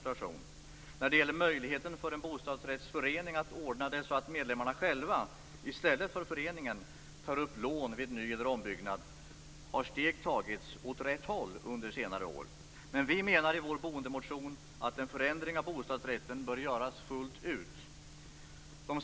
Steg har tagits åt rätt håll under senare år när det gäller möjligheten för en bostadsrättsförening att ordna det så att medlemmarna själva, i stället för föreningen, tar upp lån vid ny eller ombyggnad. Vi menar i vår boendemotion att en förändring av bostadsrätten bör göras fullt ut. De